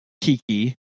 Kiki